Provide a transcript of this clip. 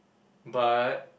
but